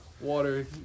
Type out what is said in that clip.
water